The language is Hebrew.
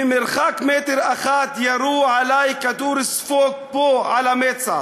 ממרחק מטר אחד ירו עלי כדור ספוג פה על המצח.